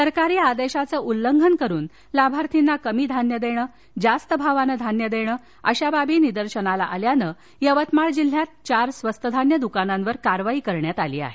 सरकारी आदेशाचं उल्लंघन करून लाभार्थ्यांना कमी धान्य देणं जास्त भावानं धान्य देणे अशा बाबी निदर्शनास आल्यानं यवतमाळ जिल्ह्यात चार स्वस्त धान्य दुकानावर कारवाई केली आहे